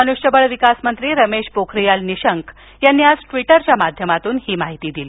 मनुष्यबळविकास मंत्री रमेश पोखरियाल निशंक यांनी आज ट्वीटरच्या माध्यमातून ही माहिती दिली